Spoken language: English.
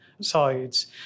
sides